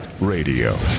Radio